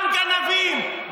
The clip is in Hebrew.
גם גנבים,